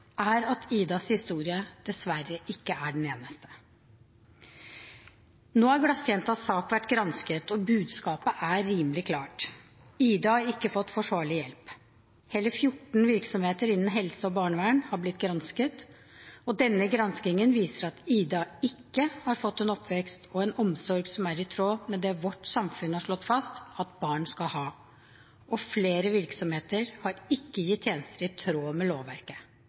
er mer trist, er at historien om «Ida» dessverre ikke er den eneste. Nå har «glassjenta»s sak vært gransket, og budskapet er rimelig klart: «Ida» har ikke fått forsvarlig hjelp. Hele 14 virksomheter innen helse og barnevern har blitt gransket, og denne granskingen viser at «Ida» ikke har fått en oppvekst og en omsorg som er i tråd med det vårt samfunn har slått fast at barn skal ha, og flere virksomheter har ikke gitt tjenester i tråd med lovverket.